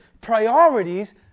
priorities